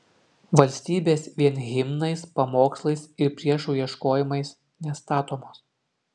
valstybės vien himnais pamokslais ir priešų ieškojimais nestatomos